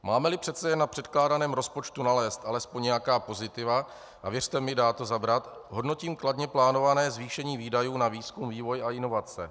Mámeli přece jen na předkládaném rozpočtu nalézt alespoň nějaká pozitiva, a věřte mi, dá to zabrat, hodnotím kladně plánované zvýšení výdajů na výzkum, vývoj a inovace.